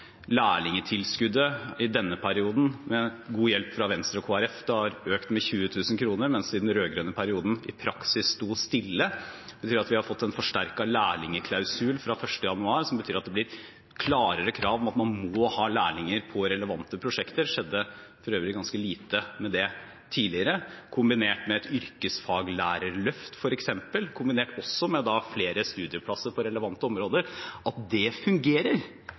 lærlingtilskuddet i denne perioden, med god hjelp fra Venstre og Kristelig Folkeparti, har økt med 20 000 kr, mens det i den rød-grønne perioden i praksis sto stille, som betyr at vi har fått en forsterket lærlingklausul fra 1. januar, og som betyr at det blir klarere krav om at man må ha lærlinger på relevante prosjekter – det skjedde for øvrig ganske lite med det tidligere – kombinert med et yrkesfaglærerløft, også kombinert med flere studieplasser på relevante områder,